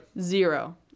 zero